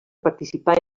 participar